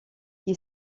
qui